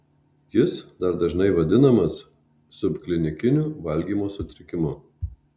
jis dar dažnai vadinamas subklinikiniu valgymo sutrikimu